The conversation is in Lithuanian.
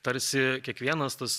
tarsi kiekvienas tas